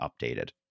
updated